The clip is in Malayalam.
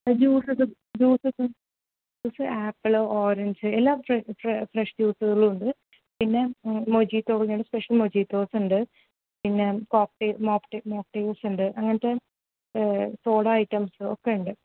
ജ്യൂസുകൾ ജ്യൂസൊക്കെ ജ്യൂസ് ആപ്പിൾ ഓറഞ്ച് എല്ലാ ഫ്രഷ് ജ്യൂസുകളുമുണ്ട് പിന്നെ മോജിറ്റോ പോലെയുള്ള സ്പെഷ്യൽ മോജിറ്റോസുണ്ട് പിന്നെ കോക്ക്ടെയിൽ മോക്ക്ടെയിൽ മോക്ക്ടെയിൽസ് ഉണ്ട് അങ്ങനത്തെ സോഡാ ഐറ്റംസ് ഒക്കെ ഉണ്ട്